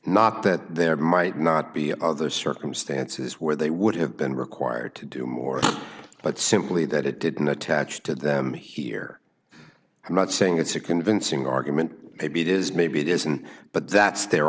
not that there might not be other circumstances where they would have been required to do more but simply that it didn't attach to them here i'm not saying it's a convincing argument beat is maybe it isn't but that's their